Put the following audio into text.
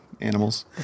animals